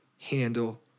handle